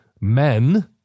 men